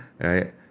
right